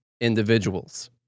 individuals